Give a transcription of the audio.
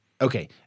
okay